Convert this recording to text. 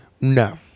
No